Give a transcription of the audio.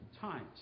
times